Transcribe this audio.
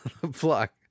block